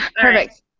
perfect